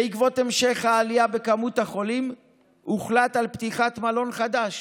בעקבות המשך העלייה במספר החולים הוחלט על פתיחת מלון חדש,